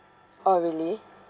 oh really